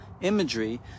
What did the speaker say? imagery